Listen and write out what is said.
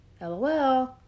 LOL